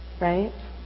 right